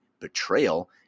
betrayal